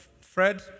Fred